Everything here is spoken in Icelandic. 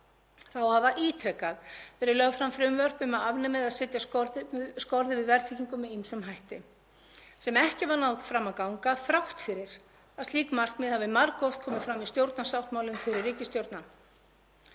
Þá hafa ítrekað verið lögð fram frumvörp um að afnema eigi eða setja skorður við verðtryggingu með ýmsum hætti sem ekki hafa náð fram að ganga þrátt fyrir að slík markmið hafi margoft komið fram í stjórnarsáttmálum fyrri ríkisstjórna.